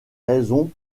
raisons